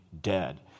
dead